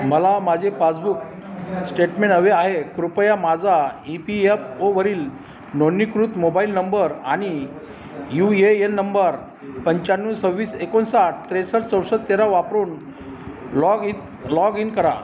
मला माझे passbook statement हवे आहे कृपया माझा ई पी एफ ओवरील नोंदणीकृत मोबाईल नंबर आणि यू ए एन नंबर पंच्याण्णव सव्वीस एकोणसाठ त्रेसष्ठ चौसष्ठ तेरा वापरून लॉग इन लॉग इन करा